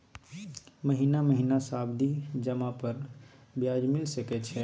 महीना महीना सावधि जमा पर ब्याज मिल सके छै?